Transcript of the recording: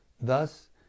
Thus